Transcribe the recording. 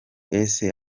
ese